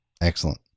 excellent